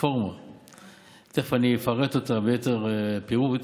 שתכף אפרט אותה ביתר פירוט,